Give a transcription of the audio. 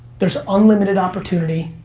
there's unlimited opportunity,